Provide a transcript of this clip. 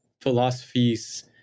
philosophies